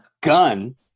gun